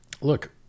look